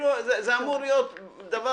אני בני